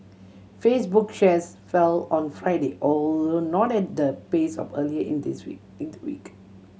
Facebook shares fell on Friday although not at the pace of earlier in this week in the week